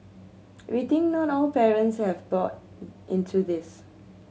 we think not all parents have bought into this